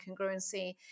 congruency